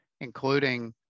including